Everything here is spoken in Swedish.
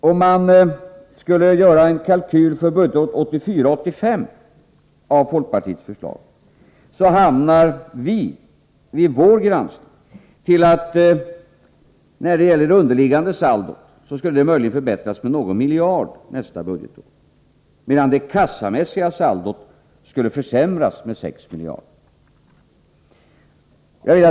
Om man skulle göra en kalkyl för budgetåret 1984/85 av folkpartiets förslag, skulle det vid vår granskning innebära att det underliggande saldot möjligen skulle förbättras med någon miljard nästa budgetår, men det kassamässiga saldot skulle försämras med 6 miljarder.